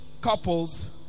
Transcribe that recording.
couples